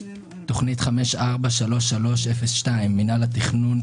תוכנית 543302 מינהל התכנון,